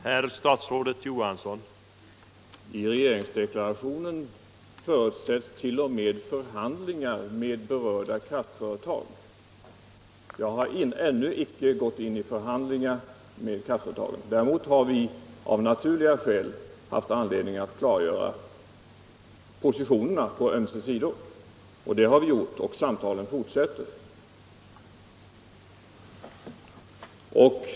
Herr talman! I regeringsdeklarationen förutsätts t.o.m. förhandlingar med berörda kraftföretag. Jag har ännu icke gått in i förhandlingar med kraftföretagen. Däremot har vi av naturliga skäl haft anledning att klargöra positionerna på ömse sidor. Det har vi gjort, och de samtalen fortsätter.